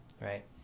right